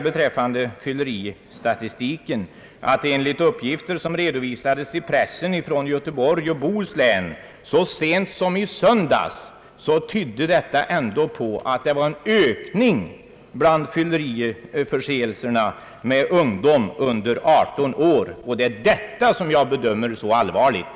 Beträffande fylleristatistiken vill jag säga, att enligt de uppgifter som redovisats i pressen från Göteborgs och Bohus län så sent som i söndags är det en ökning av fylleriförseelserna för ungdom under 18 år. Det är detta jag bedömer så allvarligt.